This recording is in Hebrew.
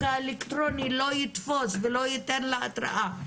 האלקטרוני לא יתפוס ולא ייתן לה התראה.